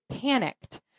Panicked